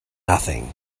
nothing